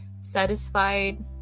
satisfied